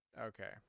Okay